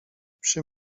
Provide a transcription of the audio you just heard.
przy